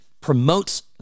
promotes